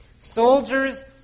Soldiers